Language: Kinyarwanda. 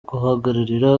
guhagararira